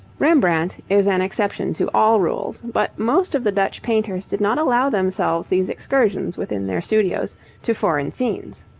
rembrandt is an exception to all rules, but most of the dutch painters did not allow themselves these excursions within their studios to foreign scenes.